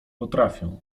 potrafię